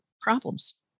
problems